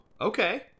okay